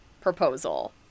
proposal